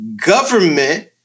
government